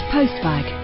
Postbag